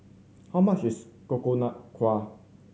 how much is Coconut Kuih